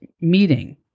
meeting